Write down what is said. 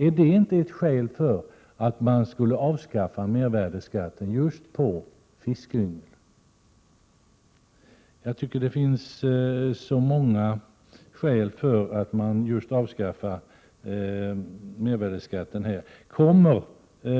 Är det inte ett skäl för att avskaffa mervärdeskatten på just fiskyngel? Jag tycker det finns många skäl att avskaffa mervärdeskatten på just fiskyngel. Kommer,